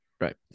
Right